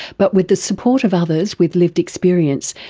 but with the support of others with lived experience,